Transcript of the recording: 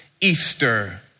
Easter